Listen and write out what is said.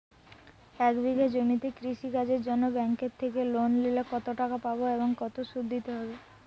এক বিঘে জমিতে কৃষি কাজের জন্য ব্যাঙ্কের থেকে লোন নিলে কত টাকা পাবো ও কত শুধু দিতে হবে?